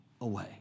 away